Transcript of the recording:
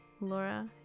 Laura